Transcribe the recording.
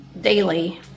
daily